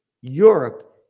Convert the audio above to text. Europe